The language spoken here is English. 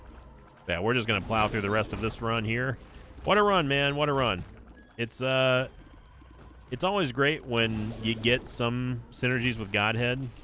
yeah we're just gonna plow through the rest of this run here what a run man what a run it's ah it's always great when you get some synergies with godhead